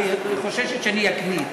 כי היא חוששת שאני אקניט.